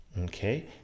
okay